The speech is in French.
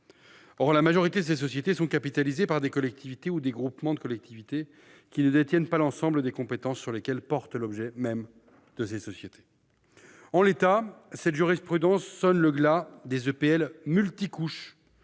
Or la majorité de ces sociétés sont capitalisées par des collectivités ou des groupements de collectivités qui ne détiennent pas l'ensemble des compétences sur lesquelles porte l'objet même de ces sociétés. En l'état, cette jurisprudence sonne donc le glas des EPL « multicouches